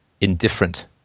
indifferent